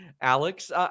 Alex